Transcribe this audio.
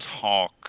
talk